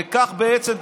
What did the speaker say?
וכך בעצם,